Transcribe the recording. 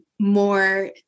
more